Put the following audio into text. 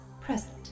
Present